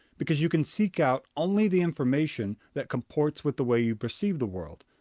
because you can seek out only the information that comports with the way you perceive the world.